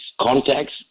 contacts